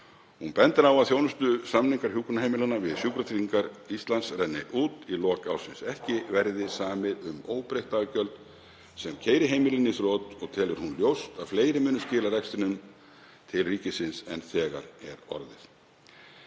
Hún bendir á að þjónustusamningar hjúkrunarheimilanna við Sjúkratryggingar Íslands renni út í lok ársins. Ekki verði samið um óbreytt daggjöld sem keyri heimilin í þrot og telur hún ljóst að fleiri muni skila rekstrinum til ríkisins en þegar er orðið.